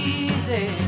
easy